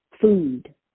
food